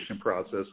process